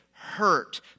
Hurt